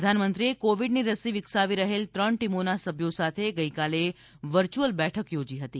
પ્રધાનમંત્રીએ કોવિડની રસી વિકસાવી રહેલ ત્રણ ટીમોના સભ્યો સાથે ગઇકાલે વર્ચ્યુઅલ બેઠક યોજી હતી